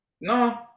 no